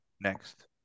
Next